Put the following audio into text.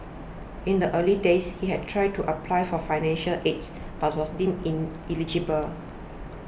in the early days he had tried to apply for financial AIDS but was deemed ineligible